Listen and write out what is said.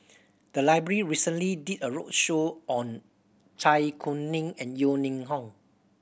the library recently did a roadshow on Zai Kuning and Yeo Ning Hong